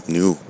new